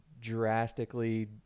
drastically